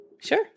Sure